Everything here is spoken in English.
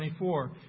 24